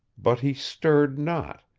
but he stirred not,